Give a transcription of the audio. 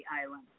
Island